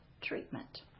treatment